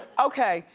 okay,